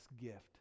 gift